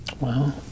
Wow